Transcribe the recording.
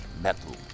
metal